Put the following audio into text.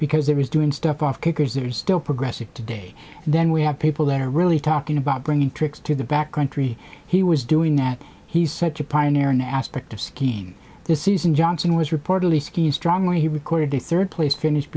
because there is doing stuff off kickers that are still progressive today and then we have people that are really talking about bringing tricks to the back country he was doing that he's such a pioneer in aspect of skiing this season johnson was reportedly skiing strong when he recorded the third place finish